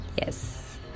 yes